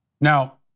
Now